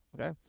okay